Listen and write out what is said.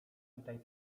tutaj